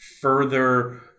further